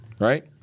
right